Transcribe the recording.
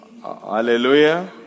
Hallelujah